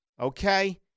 Okay